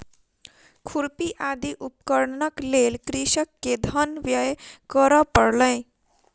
खुरपी आदि उपकरणक लेल कृषक के धन व्यय करअ पड़लै